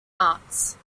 arts